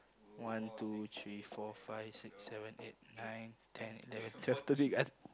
one two three four five six seven eight nine ten eleven twelve thirteen ah